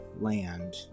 land